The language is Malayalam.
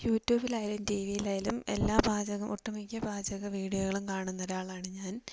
യൂട്യൂബിലായാലും ടി വിലായാലും എല്ലാ പാചകവും ഒട്ടുമിക്ക പാചക വീഡിയോകളും കാണുന്ന ഒരാളാണ് ഞാന്